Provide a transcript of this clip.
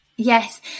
Yes